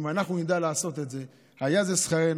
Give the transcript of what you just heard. אם אנחנו נדע לעשות את זה, היה זה שכרנו.